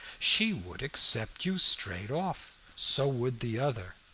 she would accept you straight off. so would the other.